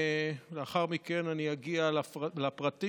לאחר מכן אני אגיע לפרטים,